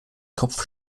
kopf